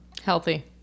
Healthy